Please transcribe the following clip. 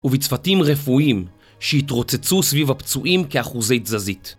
ובצוותים רפואיים שהתרוצצו סביב הפצועים כאחוזי תזזית